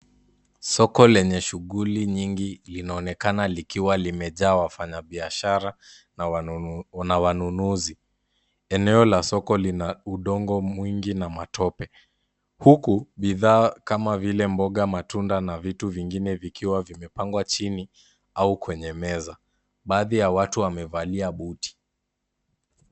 Soko lenye shughuli nyingi linaonekana likiwa limejaa wanabiashara na wanunuzi. Eneo la soko lina udongo mwingi na matope huku bidhaa kama vile mboga, matunda na vitu vingine vikiwa vimepangwa chini au kwenye meza. Baadhi ya watu wamevalia buti.